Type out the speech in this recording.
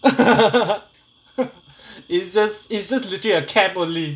it's just it's just literally a camp only